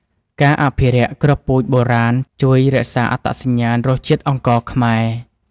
ការអភិរក្សគ្រាប់ពូជបុរាណ ជួយរក្សាអត្តសញ្ញាណរសជាតិអង្ករខ្មែរ។